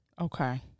Okay